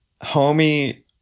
Homie